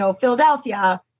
Philadelphia